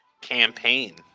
campaign